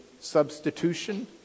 substitution